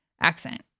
accent